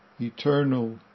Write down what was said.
eternal